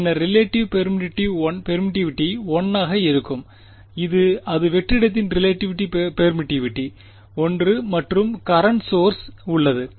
பின்னர் relative permittivity 1 ஆக இருக்கும் இது வெற்றிடத்தின் ரிலேட்டிவ் பெர்மிட்டிவிட்டி 1 மற்றும் கரண்ட் சோர்ஸ் உள்ளது